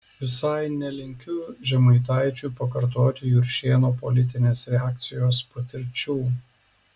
visai nelinkiu žemaitaičiui pakartoti juršėno politinės reakcijos patirčių